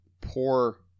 poor